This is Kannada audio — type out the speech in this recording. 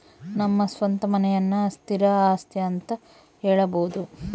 ನಮ್ಮ ಸ್ವಂತ ಮನೆಯನ್ನ ಸ್ಥಿರ ಆಸ್ತಿ ಅಂತ ಹೇಳಬೋದು